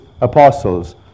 apostles